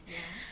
ya